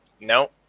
No